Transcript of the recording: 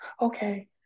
okay